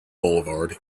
boulevard